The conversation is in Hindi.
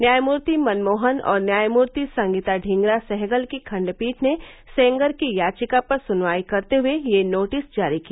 न्यायमूर्ति मनमोहन और न्यायमूर्ति संगीता ढींगरा सहगल की खंडपीठ ने सेंगर की याचिका पर सुनवाई करते हुए यह नोटिस जारी किया